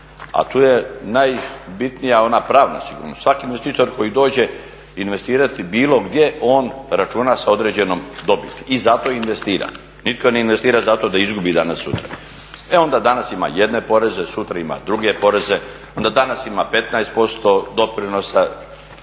a tu je najbitnija ona pravna sigurnost. Svaki investitor koji dođe investirati bilo gdje on računa s određenom dobiti i zato investira. Nitko ne investira zato da izgubi danas, sutra. E onda danas ima jedne poreze, sutra ima druge poreze, onda danas ima 15% doprinosa